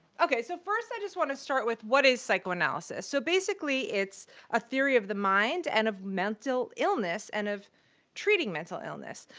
okay, so first i just want to start with what is psychoanalysis. so basically it's a theory of the mind and of mental illness, and of treating mental illness.